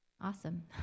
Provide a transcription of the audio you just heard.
awesome